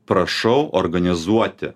prašau organizuoti